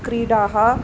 क्रीडाः